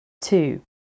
Two